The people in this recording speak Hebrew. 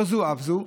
לא זו אף זו,